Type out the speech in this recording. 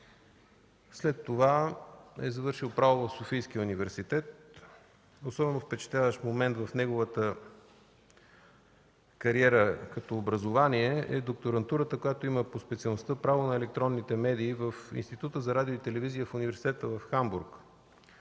След това е завършил право в Софийския университет. Особено впечатляващ момент в неговата кариера като образование е докторантурата, която има по специалността „Право на електронните медии” в Института за радио и телевизия в Университета в Хамбург.